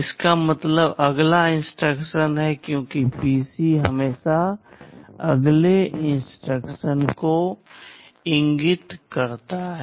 इसका मतलब अगला इंस्ट्रक्शन है क्योंकि पीसी हमेशा अगले इंस्ट्रक्शन को इंगित करता है